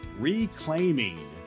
Reclaiming